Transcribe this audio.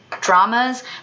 dramas